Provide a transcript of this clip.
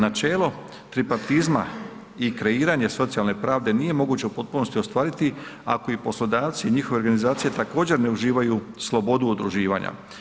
Naželo tripartizma i kreiranje socijalne pravde nije moguće u potpunosti ostvariti ako i poslodavci i njihove organizacije također ne uživaju slobodu udruživanja.